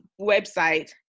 website